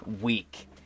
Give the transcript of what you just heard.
week